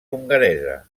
hongaresa